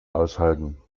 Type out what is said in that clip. aushalten